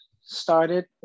started